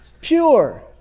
pure